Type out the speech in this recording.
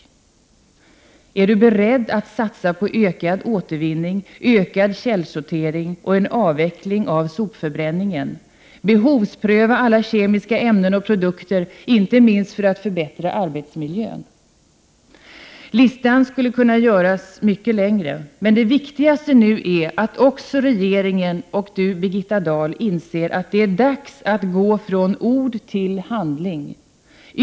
Är Birgitta Dahl beredd att satsa på ökad återvinning, ökad källsortering och en avveckling av sopförbränningen, beredd att behovspröva alla kemiska ämnen och produkter, inte minst för att förbättra arbetsmiljön? Listan skulle kunna göras mycket längre, men det viktigaste nu är att också regeringen och Birgitta Dahl inser att det är dags att gå från ord till handling.